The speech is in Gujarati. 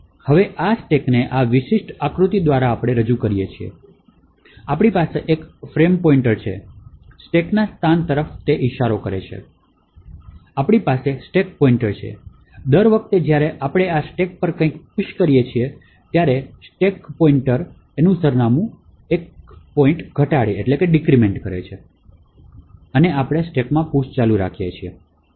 હવે આ સ્ટેકને આ વિશિષ્ટ આકૃતિ દ્વારા રજૂ કરીએ છીએ તેથી આપણી પાસે એક ફ્રેમ પોઇન્ટર છે સ્ટેકના સ્થાન તરફ ઇશારો કરીને અને આપણી પાસે સ્ટેક પોઇન્ટર છે દર વખતે જ્યારે આપણે આ સ્ટેક પર કંઈક પુશ કરીએ છીએ સ્ટેક નિર્દેશક સરનામું ઘટાડે છે કારણ કે આપણે સ્ટેકમાં પુશ ચાલુ રાખીએ છીએ